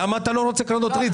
למה אתה לא רוצה קרנות ריט?